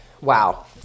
Wow